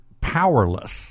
powerless